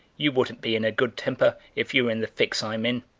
you wouldn't be in a good temper if you were in the fix i'm in,